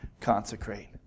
consecrate